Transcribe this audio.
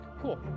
Cool